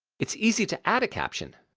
it's easy to add a caption.